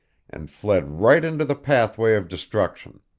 and fled right into the pathway of destruction.